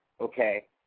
Okay